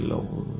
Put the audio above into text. Lord